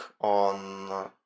on